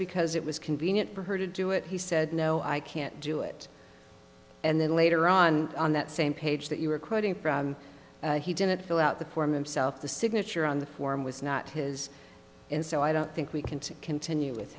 because it was convenient for her to do it he said no i can't do it and then later on on that same page that you were quoting from he didn't fill out the form itself the signature on the form was not his and so i don't think we can to continue with